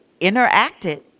interacted